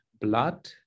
blood